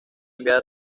enviada